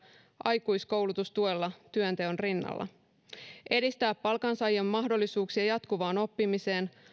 aikuiskoulutustuella työnteon rinnalla ja edistää palkansaajien mahdollisuuksia jatkuvaan oppimiseen